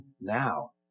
now